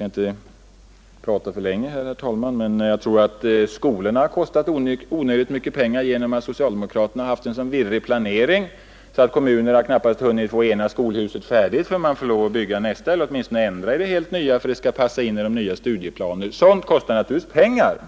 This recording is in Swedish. Jag tror t.ex. att skolorna har kostat onödigt mycket pengar genom att socialdemokraterna har haft en så virrig planering att kommunerna knappast hunnit få det ena skolhuset färdigt förrän de fått lov att bygga nästa eller åtminstone ändra i det helt nya för att det skall passa in i de nya studieplanerna. Sådant kostar naturligtvis pengar,